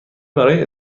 برای